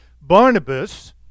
Barnabas